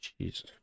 Jesus